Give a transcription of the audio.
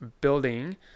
building